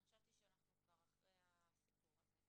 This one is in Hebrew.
אני חשבתי שאנחנו כבר אחרי הסיפור הזה.